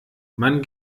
man